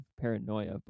paranoia